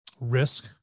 risk